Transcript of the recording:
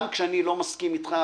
גם כשאני לא מסכים אתך,